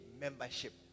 membership